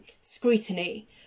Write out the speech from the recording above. scrutiny